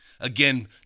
Again